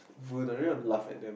will the laugh at them